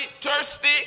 thirsty